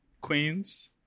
queens